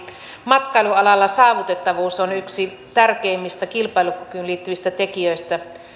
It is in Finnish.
matkailualalla saavutettavuus on yksi tärkeimmistä kilpailukykyyn liittyvistä tekijöistä